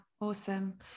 awesome